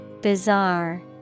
Bizarre